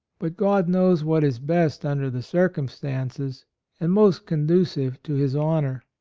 but god knows what is best under the circumstances and most con ducive to his honor.